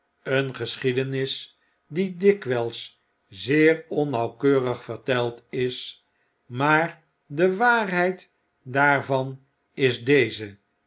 een geschiedenis die dikwls zeer onnauwkeurig verteld is maar de waarheid daarvan is deze